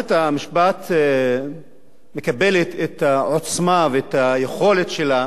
מערכת המשפט מקבלת את העוצמה ואת היכולת שלה